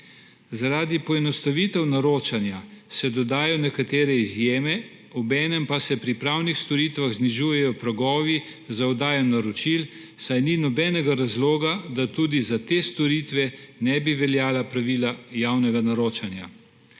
Zaradi poenostavitev naročanja se dodajo nekatere izjeme, obenem pa se pri pravnih storitvah znižujejo pragovi za oddajo naročil, saj ni nobenega razloga, da tudi za te storitve ne bi veljala pravila javnega naročanja. Na